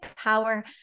power